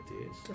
ideas